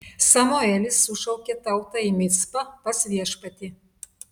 samuelis sušaukė tautą į micpą pas viešpatį